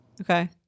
Okay